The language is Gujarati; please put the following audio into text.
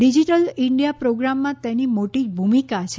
ડિજિટલ ઇન્ડિયા પ્રોગ્રામમાં તેની મોટી ભૂમિકા છે